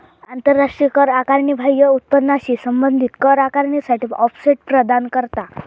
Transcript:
आंतराष्ट्रीय कर आकारणी बाह्य उत्पन्नाशी संबंधित कर आकारणीसाठी ऑफसेट प्रदान करता